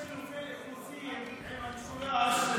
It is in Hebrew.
כשיש חילופי אוכלוסין עם המשולש,